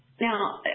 Now